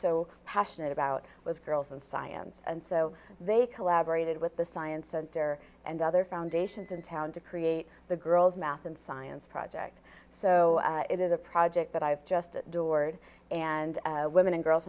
so passionate about was girls and science and so they collaborated with the science center and other foundations in town to create the girls math and science project so it is a project that i just adored and women and girls